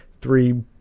three